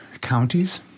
counties